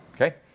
Okay